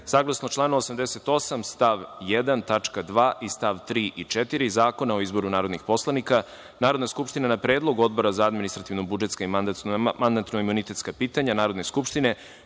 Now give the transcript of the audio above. tačka 2) i stav 3. i stav 4. Zakona o izboru narodnih poslanika, Narodna skupština, na predlog Odbora za administrativno-budžetska i mandatno-imunitetska pitanja Narodne skupštine,